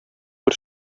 бер